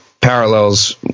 parallels